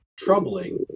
Troubling